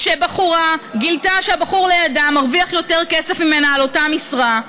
כשבחורה גילתה שהבחור לידה מרוויח יותר כסף ממנה על אותה משרה,